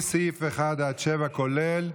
מסעיף 1 עד 7, כולל.